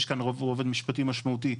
יש כאן רובד משפטי משמעותי,